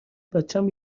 بچم